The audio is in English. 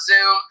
Zoom